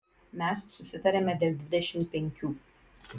mes susitarėme dėl dvidešimt penkių